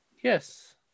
Yes